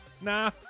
nah